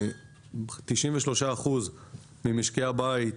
ב-93 אחוזים ממשקי הבית,